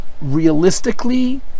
realistically